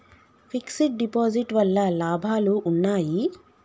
Fix డ్ deposit వల్ల లాభాలు ఉన్నాయి?